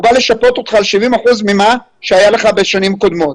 הוא בא לשפות אותך על 70 אחוזים ממה שהיה לך בשנים קודמות.